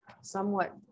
somewhat